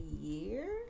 year